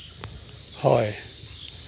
ᱦᱳᱭ